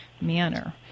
manner